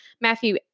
Matthew